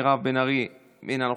מירב בן ארי, אינה נוכחת,